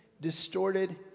distorted